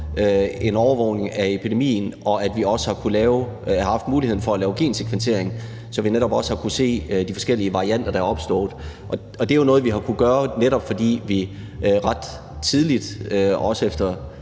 en overvågning af epidemien, og at vi også har haft mulighed for at lave gensekventering, så vi også har kunnet se de forskellige varianter, der er opstået. Det er jo noget, vi har kunnet gøre, fordi vi ret tidligt – også efter